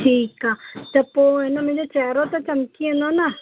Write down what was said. ठीकु आहे त पोइ इन मुंहिंजो चहिरो त चमकी वेंदो न